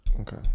Okay